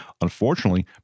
unfortunately